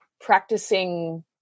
practicing